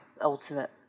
ultimate